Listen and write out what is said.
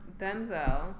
Denzel